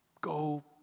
go